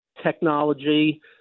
technology